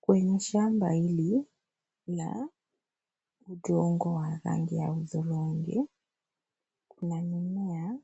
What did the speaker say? Kwenye shamba hili, la udongo wa rangi ya udhurungi. Kuna mimea